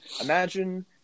imagine